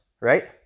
right